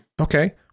Okay